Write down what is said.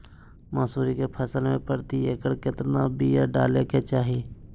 मसूरी के फसल में प्रति एकड़ केतना बिया डाले के चाही?